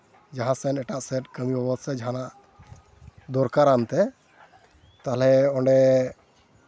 ᱡᱟᱦᱟᱸ ᱥᱮᱱ ᱮᱴᱟᱜ ᱥᱮᱫ ᱠᱟᱹᱢᱤ ᱵᱟᱵᱚᱫ ᱥᱮ ᱡᱟᱦᱟᱱᱟᱜ ᱫᱚᱨᱠᱟᱨᱟᱱ ᱛᱮ ᱛᱟᱦᱚᱞᱮ ᱚᱸᱰᱮ